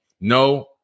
No